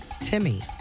Timmy